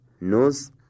nose